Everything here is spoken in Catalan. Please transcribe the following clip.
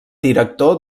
director